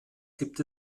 gibt